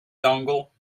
dongle